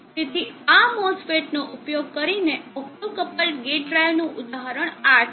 તેથી આ MOSFETનો ઉપયોગ કરીને ઓપ્ટોક્પ્લ્ડ ગેટ ડ્રાઇવનું ઉદાહરણ આ છે